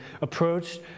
approached